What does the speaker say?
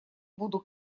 буду